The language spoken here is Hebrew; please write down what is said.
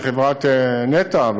בחברת נת"ע,